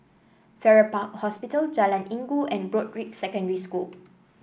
Farrer Park Hospital Jalan Inggu and Broadrick Secondary School